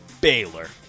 Baylor